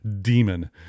demon